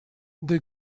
they